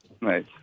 Nice